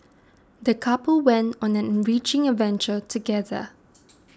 the couple went on an enriching adventure together